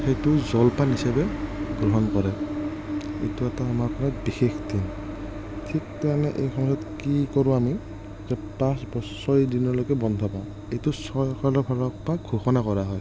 সেইটো জলপান হিচাপে গ্ৰহণ কৰে এইটো এটা আমাৰ ঘৰত বিশেষ দিন ঠিক তেনে এইসময়ত কি কৰোঁ আমি যে পাঁচ বা ছয় দিনলৈকে বন্ধ পাওঁ এইটো চৰকাৰৰ ফালৰ পৰা ঘোষণা কৰা হয়